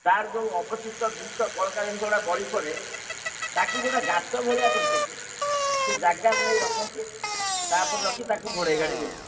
ତାର ଯେଉଁ ଅବଶିଷ୍ଟ ଜିନିଷ ବଳକା ଜିନିଷ ଗୁଡ଼ା ବଳିପଡ଼େ ତାକୁ ଗୋଟାଏ ଗାତ ଭଳିଆ କରିଛନ୍ତି ସେ ଜାଗାରେ ନେଇ ରଖନ୍ତି ତା'ଉପରେ ରଖି ତାକୁ ଘୋଡ଼େଇ ଘାଡ଼େଇ ଦିଅନ୍ତି